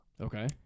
Okay